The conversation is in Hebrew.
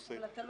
אבל מה זה קשור?